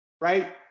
Right